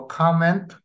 comment